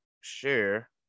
share